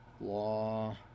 law